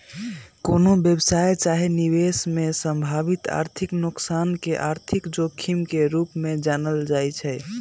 कोनो व्यवसाय चाहे निवेश में संभावित आर्थिक नोकसान के आर्थिक जोखिम के रूप में जानल जाइ छइ